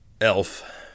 Elf